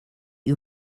you